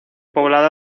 poblada